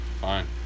Fine